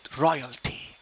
royalty